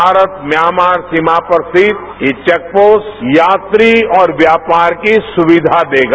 Bharat Myanmar सीमा पर स्थित यह चेकपोस्ट यात्री और व्यापार की सुविधा देगा